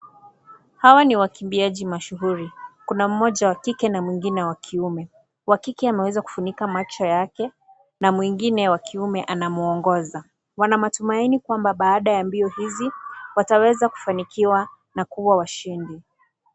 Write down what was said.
Hawa ni wakimbiaji mashuhuri. Kuna mmoja wa kike na mwengine wa kiume. Wa kike ameweza kufunika macho yake na mwengine wa kiume anamwongoza. Wana matumaini kwamba baada ya mbio hizi wataweza kufanikiwa na kuwa washindi.